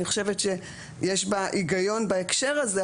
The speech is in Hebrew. אני חושבת שיש בה הגיון בהקשר הזה,